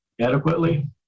Adequately